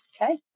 Okay